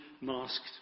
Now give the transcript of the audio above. masked